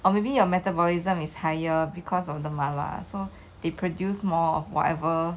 or maybe your metabolism is higher because of the 麻辣 so they produce more of whatever